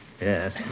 Yes